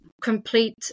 complete